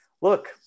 look